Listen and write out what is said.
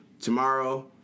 Tomorrow